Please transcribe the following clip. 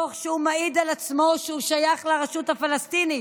תוך שהוא מעיד על עצמו שהוא שייך לרשות הפלסטינית,